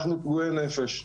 אנחנו פגועי נפש.